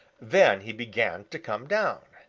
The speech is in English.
then he began to come down.